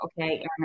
okay